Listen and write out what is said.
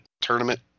tournament